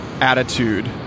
attitude